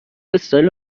استایل